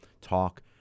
talk